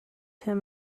him